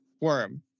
Worm